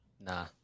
Nah